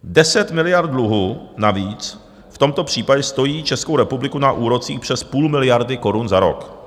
Deset miliard dluhu navíc v tomto případě stojí Českou republiku na úrocích přes půl miliardy korun za rok.